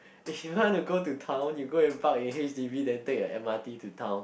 if you want to go to town you go and park at h_d_b then take a m_r_t to town